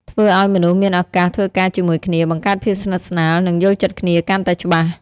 ធ្វើឲ្យមនុស្សមានឱកាសធ្វើការជាមួយគ្នា បង្កើតភាពស្និទ្ធស្នាល និងយល់ចិត្តគ្នាកាន់តែច្បាស់។